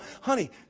honey